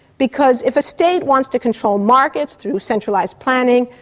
because if a state wants to control markets through centralised planning,